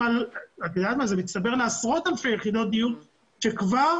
זה מצטבר לעשרות אלפי יחידות דיור שכבר